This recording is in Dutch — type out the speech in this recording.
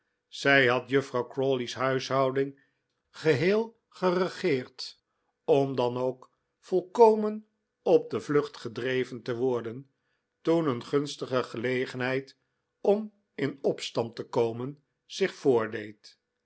zij had juffrouw crawley's huishouding geheel geregeerd om dan ook volkomen op de vlucht gedreven te worden toen een gunstige gelegenheid om in opstand te komen zich voordeed